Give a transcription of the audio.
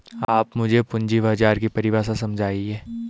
आप मुझे पूंजी बाजार की परिभाषा समझाइए